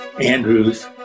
Andrews